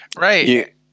right